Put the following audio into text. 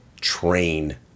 train